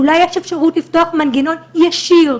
אולי יש אפשרות לפתוח מנגנון ישיר,